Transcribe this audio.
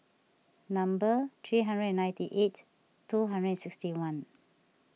number three hundred and ninety eight two hundred and sixty one